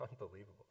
Unbelievable